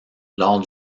lors